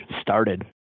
started